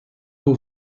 był